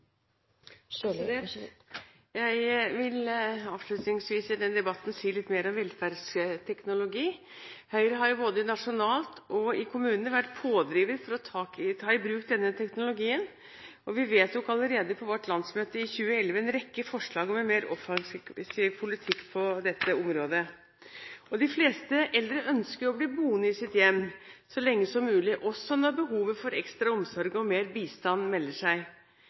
jeg skeptisk til forslaget. Jeg vil avslutningsvis i denne debatten si litt mer om velferdsteknologi. Høyre har både nasjonalt og i kommunene vært pådriver for å ta i bruk denne teknologien, og vi vedtok allerede på vårt landsmøte i 2011 en rekke forslag om en mer offensiv politikk på dette området. De fleste eldre ønsker å bli boende i sitt hjem så lenge som mulig, også når behovet for ekstra omsorg og mer bistand melder seg.